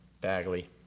Bagley